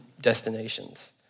destinations